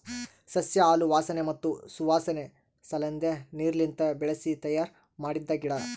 ಸಸ್ಯ ಹಾಲು ವಾಸನೆ ಮತ್ತ್ ಸುವಾಸನೆ ಸಲೆಂದ್ ನೀರ್ಲಿಂತ ಬೆಳಿಸಿ ತಯ್ಯಾರ ಮಾಡಿದ್ದ ಗಿಡ